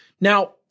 Now